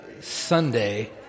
sunday